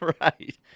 Right